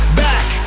back